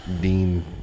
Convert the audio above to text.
Dean